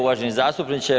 Uvaženi zastupniče.